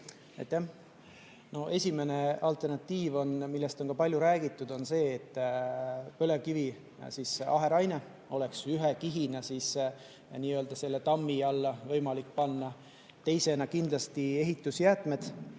Esimene alternatiiv, millest on ka palju räägitud, on see, et põlevkivi aherainet oleks ühe kihina võimalik selle tammi alla panna. Teisena on kindlasti ehitusjäätmed,